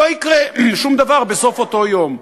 לא יקרה שום דבר בסוף אותו יום.